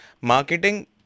marketing